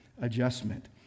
adjustment